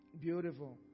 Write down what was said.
Beautiful